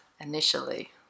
initially